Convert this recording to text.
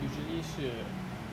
usually 是